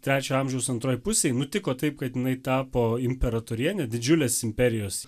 trečiojo amžiaus antroj pusėj nutiko taip kad jinai tapo imperatorienė didžiulės imperijos